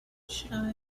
should